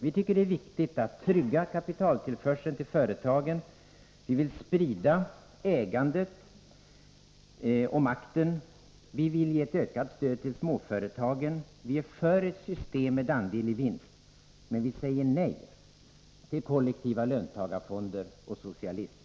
Vi tycker att det är viktigt att trygga kapitaltillförseln till företagen, vi vill sprida ägandet och makten, vi vill ge ökat stöd till småföretagen, vi är för ett system med andel i vinst, men vi säger nej till kollektiva löntagarfonder och socialism.